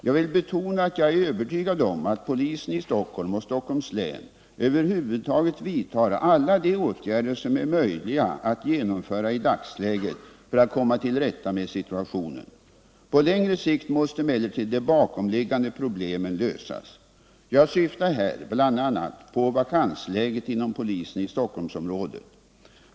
Jag vill betona att jag är övertygad om att polisen i Stockholm och Stockholms län över huvud taget vidtar alla de åtgärder som är möjliga att genomföra i dagsläget för att komma till rätta med situationen. På längre sikt måste emellertid de bakomliggande problemen lösas. Jag syftar här bl.a. på Nr 160 vakansläget inom polisen i Stockholmsområdet.